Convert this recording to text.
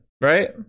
right